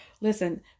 listen